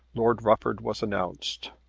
lord rufford was announced.